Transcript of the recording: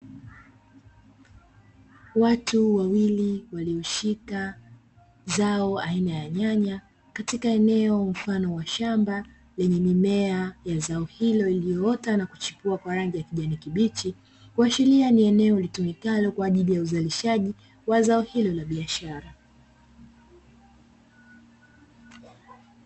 Watu wawili walioshika zao aina ya nyanya katika eneo mfano wa shamba lenye mimea ya zao hilo, iliyoota na kuchipua kwa rangi ya kijani kibichi kuashiria ni eneo litumikalo kwa ajili ya uzalishaji wa zao hilo la biashara.